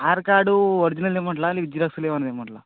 are card original ఇమ్మంటారా లేదా జిరాక్స్లు ఏమన్నా ఇమ్మంటారా